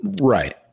Right